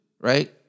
right